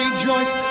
Rejoice